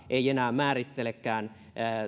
ei enää määritelläkään